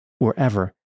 wherever